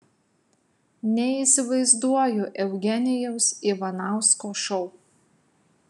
neįsivaizduoju eugenijaus ivanausko šou